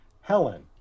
Helen